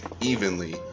evenly